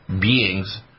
being's